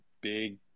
big